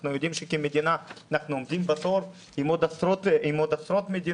אנחנו יודעים שכמדינה אנחנו עומדים בתור עם עוד עשרות מדינות.